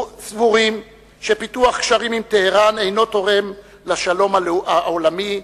סבורים שפיתוח קשרים עם טהרן אינו תורם לשלום העולמי,